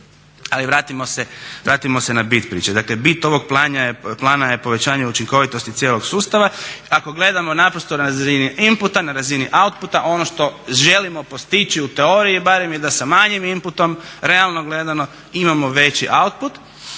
Ali vratimo se na bit priče. Dakle, bit ovog plana je povećanje učinkovitosti cijelog sustava. Ako gledamo naprosto na razini inputa, na razini outputa ono što želimo postići u teoriji barem je da sa manjim inputom realno gledano imamo veći output.